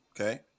Okay